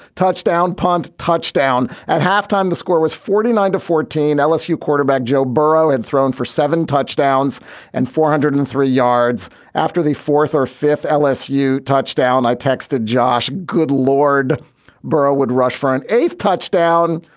touchdown, punt, touchdown. at halftime, the score was forty nine to fourteen lsu quarterback joe baro and thrown for seven touchdowns and four hundred and three yards after the fourth or fifth lsu touchdown. i texted josh. good lord berra would rush for an eighth touchdown.